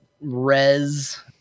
res